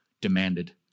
demanded